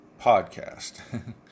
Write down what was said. podcast